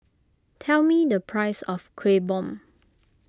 tell me the price of Kuih Bom